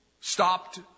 stopped